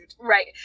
Right